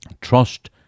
Trust